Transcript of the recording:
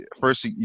first